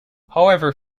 however